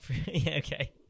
Okay